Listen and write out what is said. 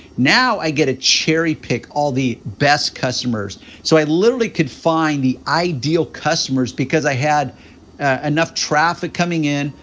now i get to cherry pick all the best customers, so i literally could find the ideal customers because i had enough traffic coming in,